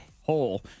hole